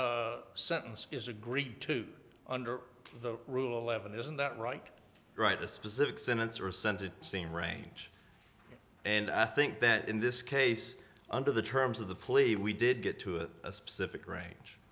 sentence is agreed to under the rule eleven isn't that right right the specific sentence or assented seem range and i think that in this case under the terms of the plea we did get to a specific range